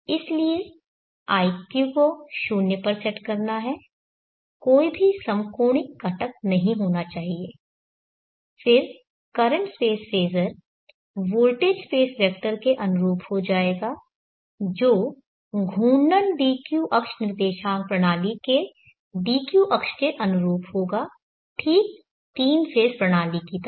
इसलिए iq को 0 पर सेट करना है कोई भी समकोणिक घटक नहीं होना चाहिए फिर current space phasor voltage space vector के अनुरूप हो जाएगा जो घूर्णन dq अक्ष निर्देशांक प्रणाली के dq अक्ष के अनुरूप होगा ठीक तीन फ़ेज़ प्रणाली की तरह